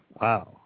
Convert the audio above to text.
Wow